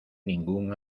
ningún